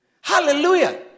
Hallelujah